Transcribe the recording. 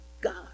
God